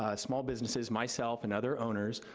ah small businesses, myself and other owners,